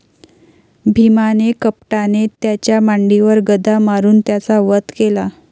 भीमाने कपटाने त्याच्या मांडीवर गदा मारून त्याचा वध केला